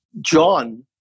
John